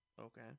Okay